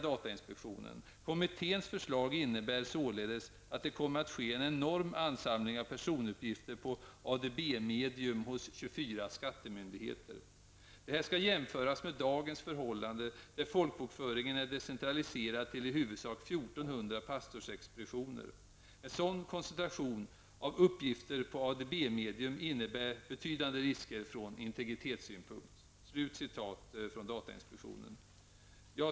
Datainspektionen säger: ''Kommitténs förslag innebär således att det kommer att ske en enorm ansamling av personuppgifter på ADB-medium hos Detta skall jämföras med dagens förhållande där folkbokföringen är decentraliserad till i huvudsak 1 400 pastorsexpeditioner. En sådan koncentration av uppgifter på ADB-medium innebär betydande risker från integritetssynpunkt.''